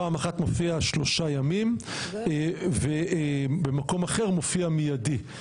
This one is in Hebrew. פעם אחת מופיע שלושה ימים ובמקום אחר מופיע מיידי.